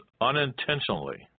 unintentionally